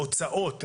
וההוצאות,